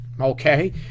okay